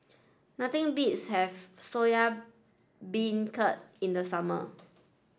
nothing beats having Soya Beancurd in the summer